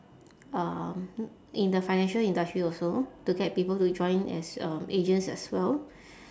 um in the financial industry also to get people to join as um agents as well